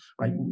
right